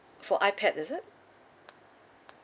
for ipad is it